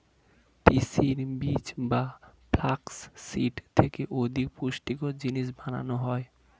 তিসির বীজ বা ফ্লাক্স সিড থেকে অধিক পুষ্টিকর জিনিস বানানো হয়